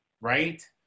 right